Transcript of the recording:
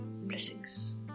Blessings